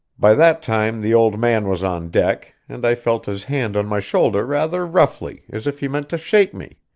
by that time the old man was on deck, and i felt his hand on my shoulder rather roughly, as if he meant to shake me.